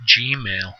gmail